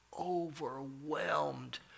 overwhelmed